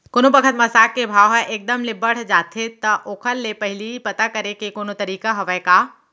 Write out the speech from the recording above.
कोनो बखत म साग के भाव ह एक दम ले बढ़ जाथे त ओखर ले पहिली पता करे के कोनो तरीका हवय का?